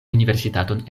universitaton